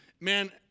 Man